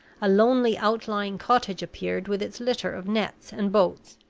a lonely outlying cottage appeared with its litter of nets and boats.